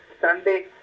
Sunday